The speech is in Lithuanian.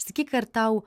sakyk ar tau